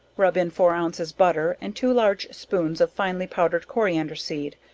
rub in four ounces butter, and two large spoons of finely powdered coriander seed,